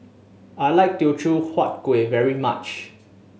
I like Teochew Huat Kueh very much